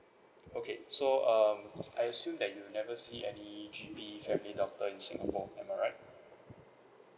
okay so um I assume that you never see any G_P family doctor in singapore am I right